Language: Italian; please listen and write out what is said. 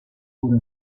pur